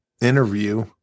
interview